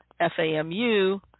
FAMU